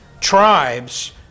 Tribes